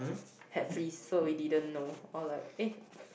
had fleas so we didn't know or like eh